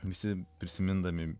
visi prisimindami